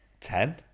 Ten